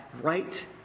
right